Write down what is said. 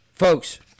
Folks